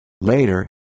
Later